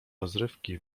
rozrywki